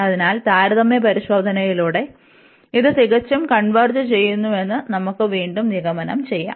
അതിനാൽ താരതമ്യ പരിശോധനയിലൂടെ ഇതു തികച്ചും കൺവെർജ് ചെയ്യുന്നുവെന്ന് നമുക്ക് വീണ്ടും നിഗമനം ചെയ്യാം